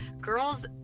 girls